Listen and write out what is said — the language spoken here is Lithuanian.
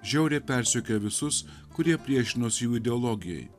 žiauriai persekioję visus kurie priešinosi jų ideologijai